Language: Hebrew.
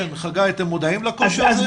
אתם מודעים לקושי הזה?